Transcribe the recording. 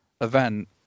event